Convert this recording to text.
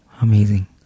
Amazing